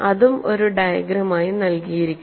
അതും ഒരു ഡയഗ്രം ആയി നൽകിയിരിക്കുന്നു